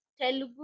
Telugu